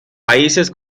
países